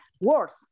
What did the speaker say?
worse